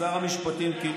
על הכבוד של הכנסת, איתן,